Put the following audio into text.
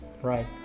right